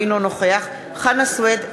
אינו נוכח חנא סוייד,